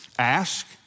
Ask